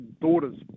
daughters